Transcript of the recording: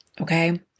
okay